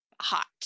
hot